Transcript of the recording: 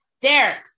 Derek